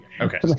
okay